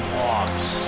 walks